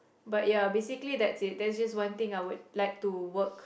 but ya basically that's it that's just one thing I would like to work